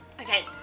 Okay